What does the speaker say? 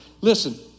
Listen